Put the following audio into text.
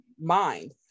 mind